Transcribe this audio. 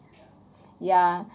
ya